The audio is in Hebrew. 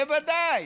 בוודאי.